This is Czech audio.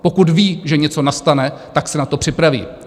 Pokud ví, že něco nastane, tak se na to připraví.